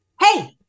Hey